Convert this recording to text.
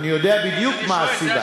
אני יודע בדיוק מה הסיבה.